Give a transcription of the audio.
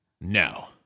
No